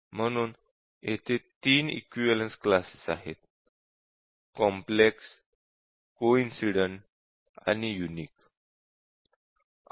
म्हणून येथे 3 equivalence classes आहेत कॉम्प्लेक्स कोइनसिडेन्ट आणि यूनीक